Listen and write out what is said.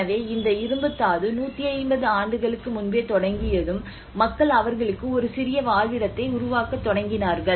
எனவே இந்த இரும்புத் தாது 150 ஆண்டுகளுக்கு முன்பே தொடங்கியதும் மக்கள் அவர்களுக்கு ஒரு சிறிய வாழ்விடத்தை உருவாக்கத் தொடங்கினார்கள்